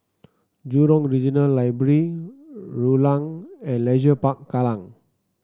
Jurong Regional Library Rulang and Leisure Park Kallang